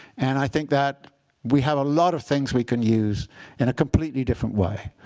and i think that we have a lot of things we can use in a completely different way.